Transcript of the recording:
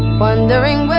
mundaring